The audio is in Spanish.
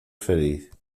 feliz